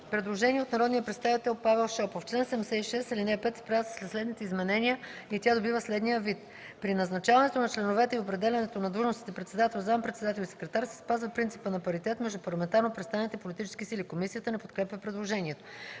предложение от народния представител Павел Шопов: В чл. 76, ал. 5 се правят следните изменения и тя добива следния вид: „При назначаването на членовете и определянето на длъжностите председател, зам.-председател и секретар се спазва принципа на паритет между парламентарно представените политически сили.“ Комисията не подкрепя предложението.